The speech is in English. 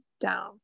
down